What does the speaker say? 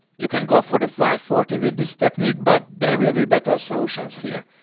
you can go for the five forty with this technique, but there will be better solutions here.